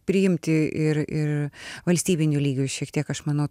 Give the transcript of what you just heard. priimti ir ir valstybiniu lygiu šiek tiek aš manau